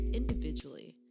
individually